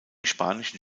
spanischen